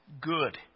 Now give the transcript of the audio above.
good